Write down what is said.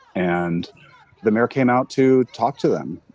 and the mayor came out to talk to them.